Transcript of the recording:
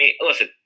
Listen